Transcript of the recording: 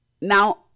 now